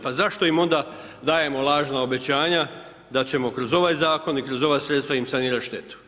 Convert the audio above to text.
Pa zašto im onda dajemo lažna obećanja da ćemo kroz ovaj zakon i kroz ova sredstva im sanirati štetu?